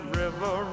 river